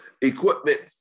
equipment